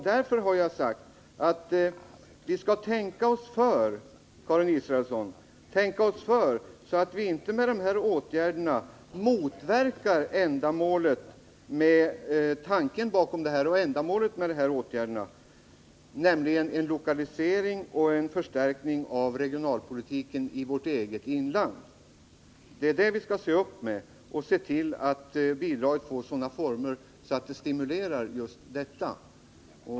Därför har jag sagt att vi skall tänka oss för, Karin Israelsson, så ait vi inte med dessa åtgärder motverkar ändamålet med och tanken bakom åtgärderna, nämligen en lokalisering och en förstärkning av regionalpolitiken i vårt eget inland. Det är det vi skall se upp med och se till att bidraget får sådana former att det stimulerar just detta.